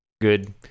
good